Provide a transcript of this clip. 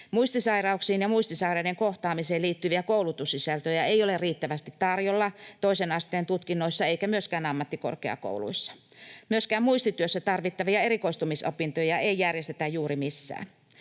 Muistisairauksiin ja muistisairaiden kohtaamiseen liittyviä koulutussisältöjä ei ole riittävästi tarjolla toisen asteen tutkinnoissa eikä myöskään ammattikorkeakouluissa. Myöskään muistityössä tarvittavia erikoistumisopintoja ei järjestetä juuri missään.